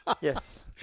Yes